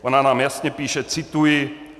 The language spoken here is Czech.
Ona nám jasně píše cituji: